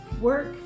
work